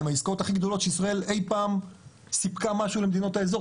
הן העסקאות הכי גדולות שישראל אי פעם סיפקה משהו למדינות האזור,